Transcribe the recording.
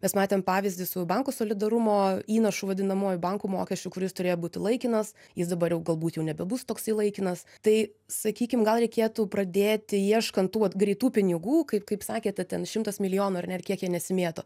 mes matėm pavyzdį su bankų solidarumo įnašu vadinamuoju bankų mokesčiu kuris turėjo būti laikinas jis dabar jau galbūt jau nebebus toksai laikinas tai sakykim gal reikėtų pradėti ieškant tų vat greitų pinigų kaip kaip sakėte ten šimtas milijonų ar ne kiek jie nesimėto